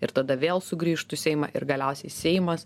ir tada vėl sugrįžtų į seimą ir galiausiai seimas